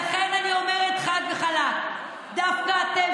לכן אני אומרת חד וחלק: דווקא אתם,